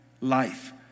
life